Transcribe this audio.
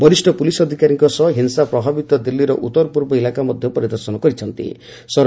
ଡୋଭାଲ ବରିଷ୍ଣ ପୁଲିସ ଅଧିକାରୀଙ୍କ ସହ ହିଂସା ପ୍ରଭାବିତ ଦିଲ୍ଲୀର ଉତ୍ତର ପୂର୍ବ ଇଲାକା ମଧ୍ୟ ପରିଦର୍ଶନ କରିଛନ୍ତି